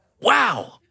Wow